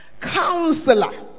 counselor